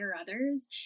others